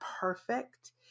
perfect